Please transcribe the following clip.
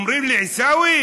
אומרים לי: עיסאווי,